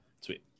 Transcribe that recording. Sweet